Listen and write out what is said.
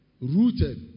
rooted